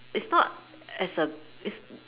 it's not as a it's